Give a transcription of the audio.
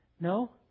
No